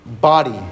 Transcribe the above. body